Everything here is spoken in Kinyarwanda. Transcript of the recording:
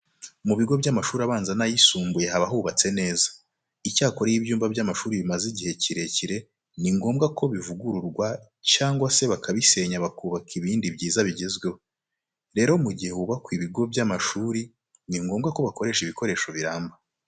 Mu bigo by'amashuri abanza n'ayisumbuye haba hubatse neza. Icyakora iyo ibyumba by'amashuri bimaze igihe kirekire ni ngombwa ko bivugururwa cyangwa se bakabisenya bakubaka ibindi byiza bigezweho. Rero mu gihe hubakwa ibigo by'amashuri ni ngombwa ko bakoresha ibikoresho biramba.